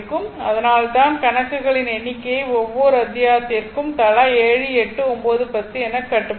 அதனால்தான் கணக்குகளின் எண்ணிக்கையை ஒவ்வொரு அத்தியாயத்திற்கும் தலா 7 8 9 10 எனக் கட்டுப்படுத்துவோம்